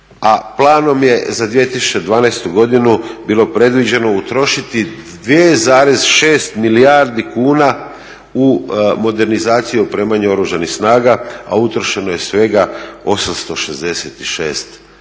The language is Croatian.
planom je za 2012. godinu bilo predviđeno utrošiti 2,6 milijardi kuna u modernizaciju i opremanje Oružanih snaga, a utrošeno je svega 866 milijuna